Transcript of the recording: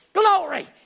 Glory